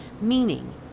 meaning